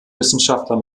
wissenschaftler